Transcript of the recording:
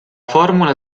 formula